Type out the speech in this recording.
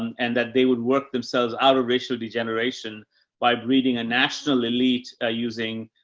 um and that they would work themselves out of racial degeneration by breeding a national elite, ah, using,